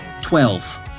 twelve